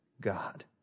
God